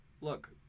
look